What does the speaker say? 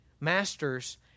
masters